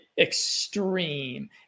Extreme